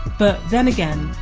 but then again,